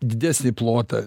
didesnį plotą